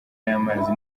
y’amazi